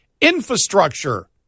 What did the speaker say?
infrastructure